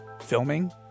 filming